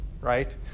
right